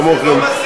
שני נמנעים.